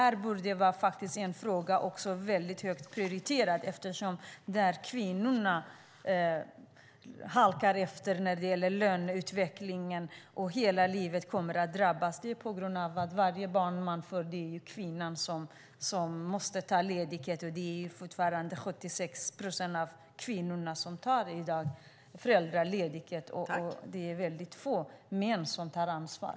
Det borde vara en högt prioriterad fråga, eftersom kvinnorna halkar efter i löneutvecklingen och hela livet drabbas på grund av att kvinnan måste ta ledigt varje gång ett barn föds. Fortfarande är 76 procent av dem som tar föräldraledighet i dag kvinnor, och det är väldigt få män som tar ansvar.